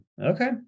Okay